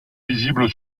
visible